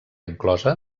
inclosa